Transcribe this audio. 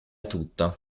tutto